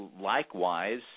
likewise